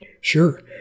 Sure